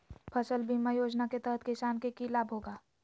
फसल बीमा योजना के तहत किसान के की लाभ होगा?